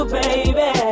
baby